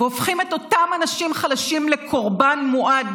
והופכים את אותם אנשים חלשים לקורבן מועד,